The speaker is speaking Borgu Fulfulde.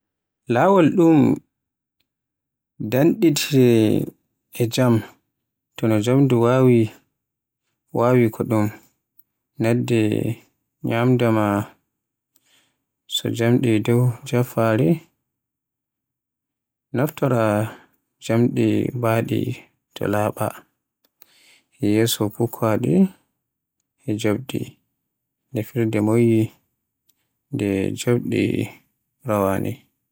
Laawol ɗum tanɗitine e jam to no njamdu waawi waawi ko ɗum. Naatnude ñyamde maa, soo njamdi dow jamfaare, naftora njamdi mbaddi to labaa, Yeeso cookude e joɓdi, Ndeefita moƴƴi nde njoɓdi rawaani.